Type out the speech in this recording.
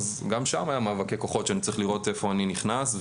אז גם שם היה מאבקי כוחות שאני צריך לראות איפה אני נכנס,